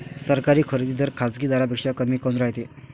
सरकारी खरेदी दर खाजगी दरापेक्षा कमी काऊन रायते?